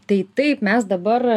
tai taip mes dabar